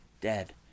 dead